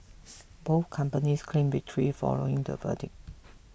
both companies claimed victory following the verdict